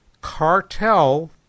cartel